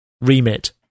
remit